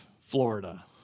Florida